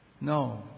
no